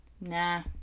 Nah